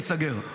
ייסגר.